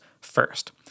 first